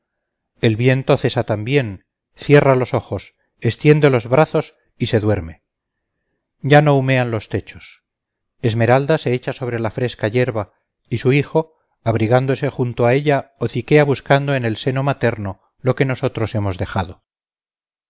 el viento cesa también cierra los ojos extiende los brazos y se duerme ya no humean los techos esmeralda se echa sobre la fresca yerba y su hijo abrigándose junto a ella hociquea buscando en el seno materno lo que nosotros hemos dejado